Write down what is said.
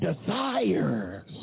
desires